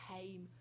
came